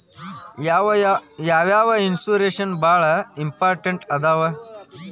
ಯಾವ್ಯಾವ ಇನ್ಶೂರೆನ್ಸ್ ಬಾಳ ಇಂಪಾರ್ಟೆಂಟ್ ಅದಾವ?